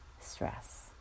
stress